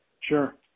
Sure